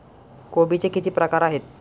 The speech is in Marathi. कोबीचे किती प्रकार आहेत?